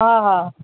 हा हा